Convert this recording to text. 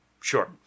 sure